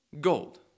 Gold